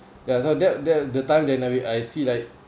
ya so that that the time then I'll I see like